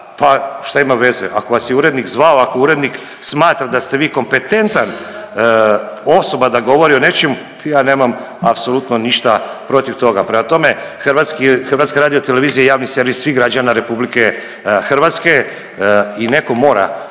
pa šta ima veze. Ako vas je urednik zvao, ako urednik smatra da ste vi kompetentan osoba da govori o nečem, ja nemam apsolutno ništa protiv toga. Prema tome HRT je javni servis svih građana RH i netko mora